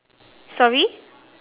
sorry